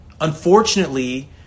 Unfortunately